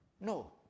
No